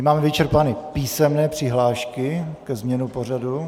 Máme vyčerpány písemné přihlášky ke změně pořadu.